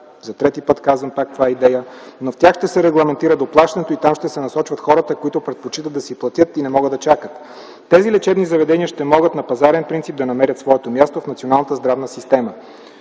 за трети път казвам, че това е идея, но в тях ще се регламентира доплащането и там ще се насочват хората, които предпочитат да си платят и не могат да чакат. Тези лечебни заведения ще могат на пазарен принцип да намерят своето място в националната здравна система.